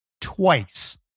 twice